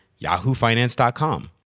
yahoofinance.com